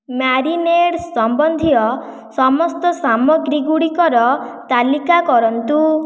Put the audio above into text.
marinade ସମ୍ବନ୍ଧୀୟ ସମସ୍ତ ସାମଗ୍ରୀ ଗୁଡ଼ିକର ତାଲିକା କରନ୍ତୁ